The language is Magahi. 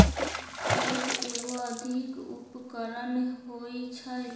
हेज एगो आर्थिक उपकरण होइ छइ